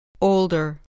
Older